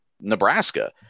Nebraska